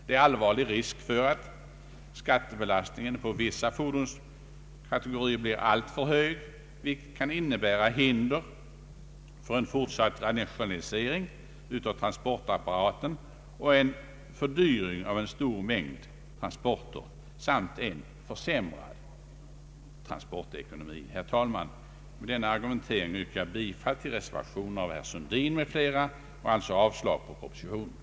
Det är allvarlig risk för att skattebelastningen på vissa fordonskategorier blir alltför hög, vilket kan innebära hinder för en fortsatt rationalisering av transportapparaten, fördyring av en stor mängd transporter samt försämrad transportekonomi. Herr talman! Med denna argumentation yrkar jag bifall till reservationen av herr Sundin m.fl. och alltså avslag på propositionen.